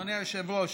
אדוני היושב-ראש,